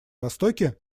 востоке